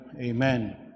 amen